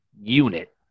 unit